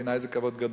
בעיני זה כבוד גדול.